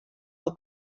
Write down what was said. del